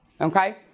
okay